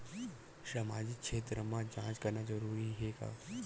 सामाजिक क्षेत्र म जांच करना जरूरी हे का?